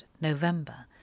November